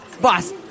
boss